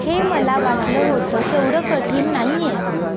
हे मला वाटलं होतं तेवढं कठीण नाही आहे